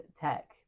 tech